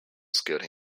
skilled